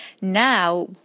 Now